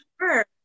sure